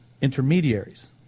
intermediaries